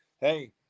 Hey